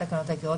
לתקנות העיקריות,